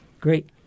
Great